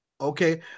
Okay